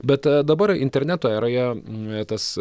bet dabar interneto eroje tas